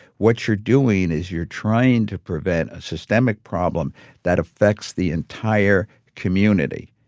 what you're doing is you're trying to prevent a systemic problem that affects the entire community.